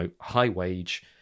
high-wage